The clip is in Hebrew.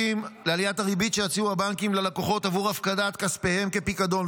לעליית הריבית שיציעו הבנקים ללקוחות עבור הפקדת כספיהם כפיקדון,